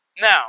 Now